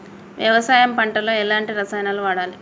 వ్యవసాయం పంట లో ఎలాంటి రసాయనాలను వాడాలి?